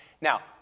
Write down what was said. Now